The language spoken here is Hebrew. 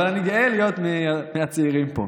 אבל אני גאה להיות מהצעירים פה.